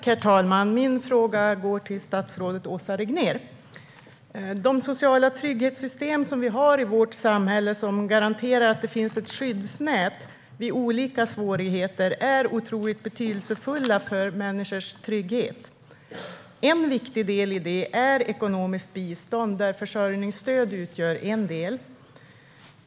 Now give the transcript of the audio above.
Herr talman! Min fråga går till statsrådet Åsa Regnér. De sociala trygghetssystem som vi har i vårt samhälle och som garanterar att det finns ett skyddsnät vid olika svårigheter är betydelsefulla för människors trygghet. En viktig del är ekonomiskt bistånd, där försörjningsstöd utgör en del.